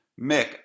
Mick